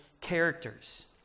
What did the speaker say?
characters